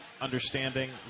understanding